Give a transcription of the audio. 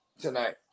tonight